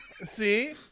See